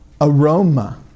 aroma